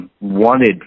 wanted